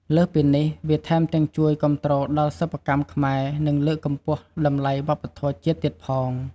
លើសពីនេះ វាថែមទាំងជួយគាំទ្រដល់សិប្បកម្មខ្មែរ និងលើកកម្ពស់តម្លៃវប្បធម៌ជាតិទៀតផង។